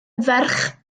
ferch